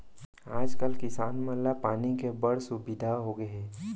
आज कल किसान मन ला पानी के बड़ सुबिधा होगे हे